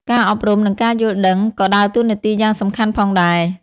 ការអប់រំ និងការយល់ដឹង ក៏ដើរតួនាទីយ៉ាងសំខាន់ផងដែរ។